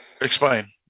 Explain